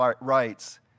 rights